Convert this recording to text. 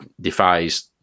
defies